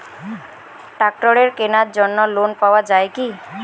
ট্রাক্টরের কেনার জন্য লোন পাওয়া যায় কি?